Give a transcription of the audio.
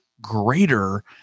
greater